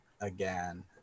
again